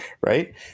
right